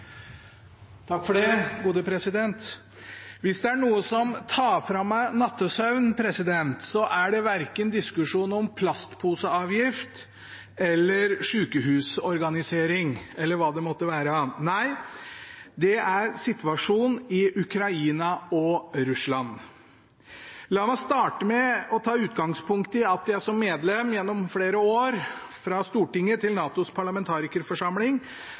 noe som tar fra meg nattesøvnen, er det verken diskusjonen om plastposeavgift, sykehusorganisering eller hva det måtte være. Nei, det er situasjonen i Ukraina og Russland. La meg starte med å ta utgangspunkt i at jeg, som et av Stortingets medlemmer gjennom flere år i NATOs parlamentarikerforsamling,